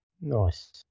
Nice